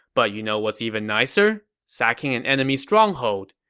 but you know what's even nicer? sacking an enemy stronghold.